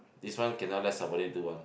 this one cannot let subordinate do one